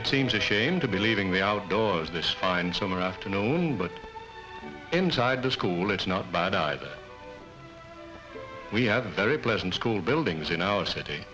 it seems a shame to be leaving the outdoors this fine summer afternoon but inside the school it's not bad either we have a very pleasant school buildings in our city